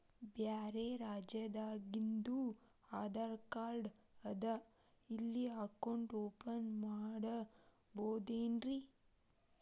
ಬ್ಯಾರೆ ರಾಜ್ಯಾದಾಗಿಂದು ಆಧಾರ್ ಕಾರ್ಡ್ ಅದಾ ಇಲ್ಲಿ ಅಕೌಂಟ್ ಓಪನ್ ಮಾಡಬೋದೇನ್ರಿ?